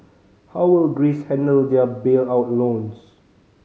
how will Greece handle their bailout loans